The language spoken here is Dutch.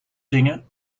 zingen